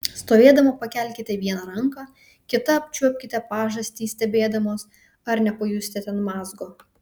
stovėdama pakelkite vieną ranką kita apčiuopkite pažastį stebėdamos ar nepajusite ten mazgo